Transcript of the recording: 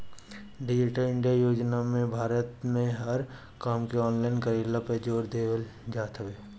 digital India योजना में भारत में हर काम के ऑनलाइन कईला पे जोर देवल जात हवे